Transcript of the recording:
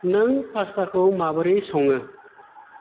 नों पास्टाखौ माबोरै सङो